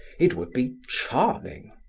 it would be charming.